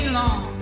long